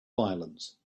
violence